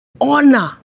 honor